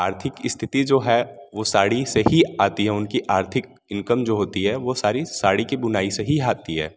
आर्थिक स्थिति जो है वो साड़ी से ही आती है उनकी आर्थिक इनकम जो होती है वो सारी साड़ी के बुनाई से ही आती है